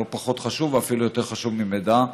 זה לא פחות חשוב ואפילו יותר חשוב ממידע.